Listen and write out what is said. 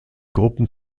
gruppen